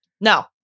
No